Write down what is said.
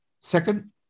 Second